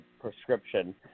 prescription